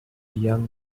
young